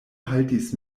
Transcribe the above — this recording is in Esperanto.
haltis